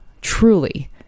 truly